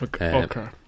okay